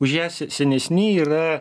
už ją senesni yra